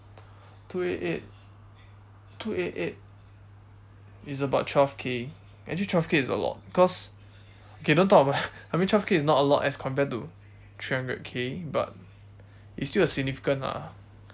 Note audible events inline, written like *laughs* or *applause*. two eight eight two eight eight is about twelve K actually twelve K is a lot cause okay don't talk about *laughs* I mean twelve K is not a lot as compared to three hundred K but it's still a significant lah